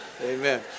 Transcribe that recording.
amen